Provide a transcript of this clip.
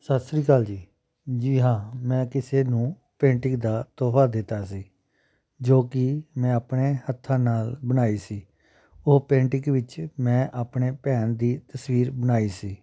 ਸਤਿ ਸ਼੍ਰੀ ਅਕਾਲ ਜੀ ਜੀ ਹਾਂ ਮੈਂ ਕਿਸੇ ਨੂੰ ਪੇਂਟਿੰਗ ਦਾ ਤੋਹਫ਼ਾ ਦਿੱਤਾ ਸੀ ਜੋ ਕਿ ਮੈਂ ਆਪਣੇ ਹੱਥਾਂ ਨਾਲ ਬਣਾਈ ਸੀ ਉਹ ਪੇਂਟਿੰਗ ਵਿੱਚ ਮੈਂ ਆਪਣੇ ਭੈਣ ਦੀ ਤਸਵੀਰ ਬਣਾਈ ਸੀ